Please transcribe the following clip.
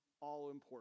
all-important